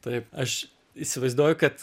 taip aš įsivaizduoju kad